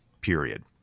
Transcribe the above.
period